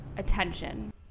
attention